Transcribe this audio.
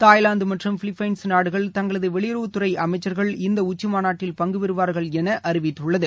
Thailand மற்றும் Philippines நாடுகள் தங்களது வெளியறவுத்துறை அமைச்ச்கள் இந்த உச்சிமாநாட்டில் பங்கு பெறுவார்கள் என அறிவித்துள்ளது